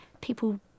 people